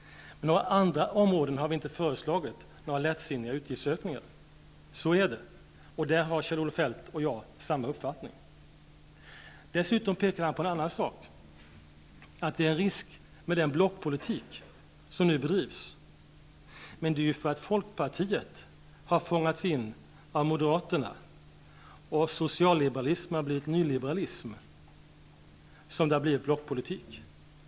På några andra områden har vi inte föreslagit några lättsinniga utgiftsökningar. Så är det, och där har Kjell-Olof Feldt och jag samma uppfattning. Dessutom pekar han på en annan sak. Det finns en risk med den blockpolitik som nu bedrivs. Men det är därför att Folkpartiet har fångats in av Moderaterna och att socialliberalism har blivit nyliberalism som det blivit blockpolitik.